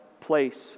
place